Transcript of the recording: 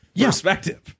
perspective